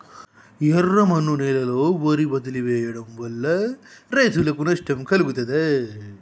ఎర్రమన్ను నేలలో వరి వదిలివేయడం వల్ల రైతులకు నష్టం కలుగుతదా?